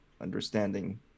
understanding